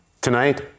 Tonight